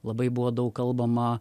labai buvo daug kalbama